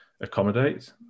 accommodate